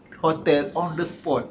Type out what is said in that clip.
hotel on the spot